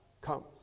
comes